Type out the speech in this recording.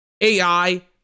AI